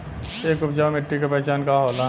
एक उपजाऊ मिट्टी के पहचान का होला?